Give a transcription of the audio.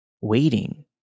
waiting